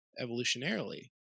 evolutionarily